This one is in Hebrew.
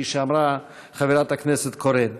כפי שאמרה חברת הכנסת קורן,